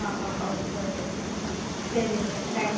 ആ ആ okay okay ശരി എന്നാൽ താങ്ക്സ്